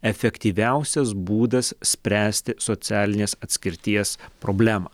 efektyviausias būdas spręsti socialinės atskirties problemą